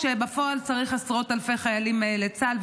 כשבפועל צריך עשרות אלפי חיילים לצה"ל,